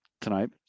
tonight